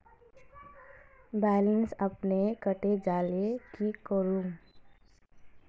Balance अपने कते जाले की करूम?